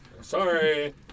Sorry